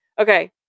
Okay